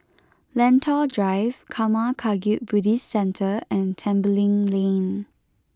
Lentor Drive Karma Kagyud Buddhist Centre and Tembeling Lane